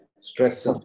stress